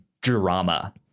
drama